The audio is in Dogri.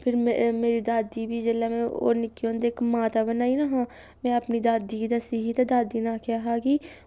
फिर मे मेरी दादी बी जेल्लै में ओह् निक्के होंदे इक माता बनाई ना हा में अपनी दादी गी दस्सी ही ते दादी ने आखेआ हा कि